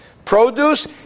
Produce